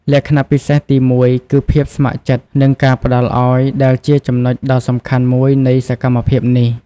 លក្ខណៈពិសេសទីមួយគឺភាពស្ម័គ្រចិត្តនិងការផ្តល់ឲ្យ ដែលជាចំណុចដ៏សំខាន់មួយនៃសកម្មភាពនេះ។